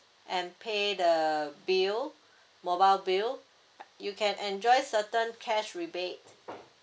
and pay the bill mobile bill you can enjoy certain cash rebate